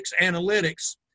analytics